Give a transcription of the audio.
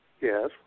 Yes